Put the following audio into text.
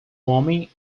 homem